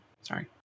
sorry